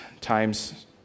time's